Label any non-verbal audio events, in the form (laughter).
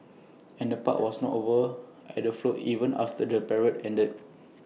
(noise) and the park was not over at the float even after the parade ended